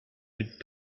would